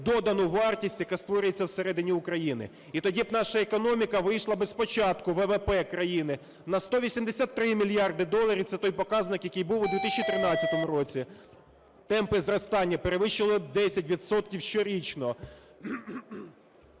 додану вартість, яка створюється всередині країни. І тоді б наша економіка вийшла спочатку, ВВП країни, на 183 мільярди доларів - це той показник, який був у 2013 році, - темпи зростання перевищувало 10